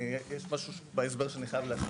אני יש משהו בהסבר שאני חייב להסביר.